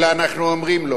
אלא אומרים לו